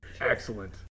Excellent